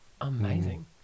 Amazing